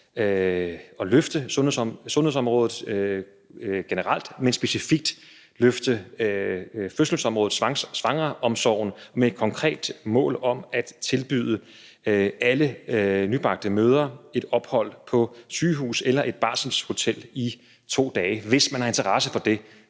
at løfte sundhedsområdet generelt, men specifikt at løfte fødselsområdet, svangreomsorgen, med et konkret mål om at tilbyde alle nybagte mødre et ophold på sygehus eller barselshotel i 2 dage, hvis man har interesse for det.